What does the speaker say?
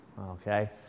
Okay